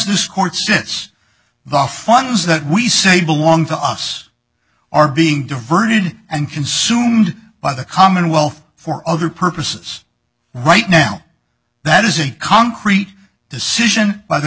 this court sits the funds that we say belong to us are being diverted and consumed by the commonwealth for other purposes right now that is a concrete decision by the